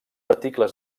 articles